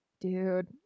dude